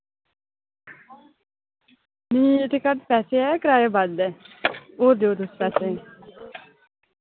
नी एह् ते घट्ट पैसे ऐ कराया बद्ध ऐ एयर देओ तुस पैसे